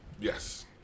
Yes